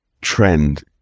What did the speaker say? trend